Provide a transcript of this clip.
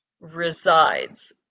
resides